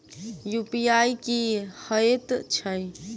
UPI की हएत छई?